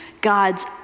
God's